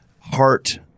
heart